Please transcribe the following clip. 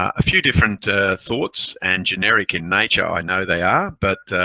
a few different thoughts and generic in nature i know they are, but a